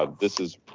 ah this is,